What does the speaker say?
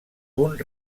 punt